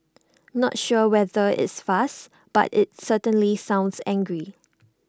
not sure whether it's fast but IT certainly sounds angry